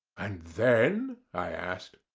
and then? i asked.